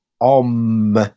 om